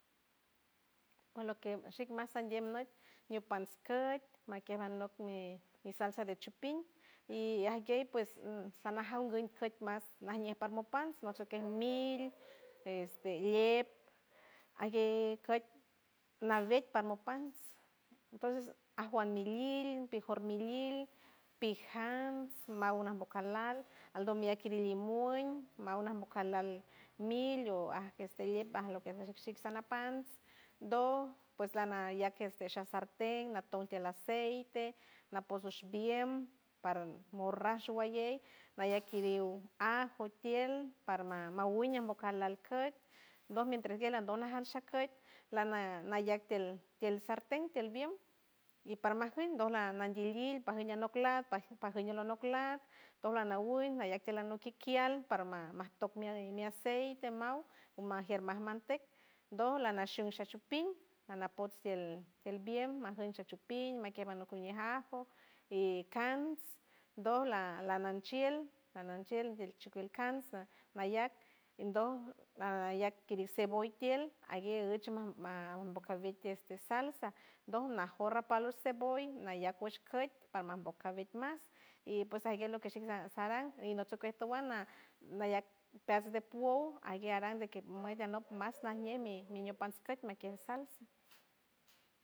Pues loque shix mashandie niot ñiu pans keot maquier alok mi mis salsa de chipil y e aguier pues sana jaow wuint wuint mas najñe parmopan nose que mil este liep aguey koit narguet parmopans entonces ajuanmilil pijor milil pijans mauna vocalal aldo mi akiri limon maona vocal al mil o aj este liet aloque shix anapans dog pues lana ya queste sha sarten laton til aceite naposh bushbiem para morran shubayeu naya kiriuw ajo tiel para ma maguy invocar lalcolt dos mientrenguel en dona ashancoit lana nayac tield tield al sarten tield bien y para majen dola nandielil pajeya noc la pajeya noc la dowal nawiul laya quena nok kikial para mactoc mias mi aceite maw umagier man mantec do lanashi lanashishunpir ana porti el biel magencha chupin makiera nokon ñi ajo y cans dola la lananchiel ananchiel del chug cans nayaj endoc ayac querin cebolliel aguer guechu man bocan deste salsa dog najorra palul cebolla naya cuesh koit parman boca betmas y pues ague loke shiga saran y notkey towan na nayan peats guepoj ague aras de que mes de anok mas najñe mi miñiopans kiot mique salsa.